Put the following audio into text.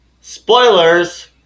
spoilers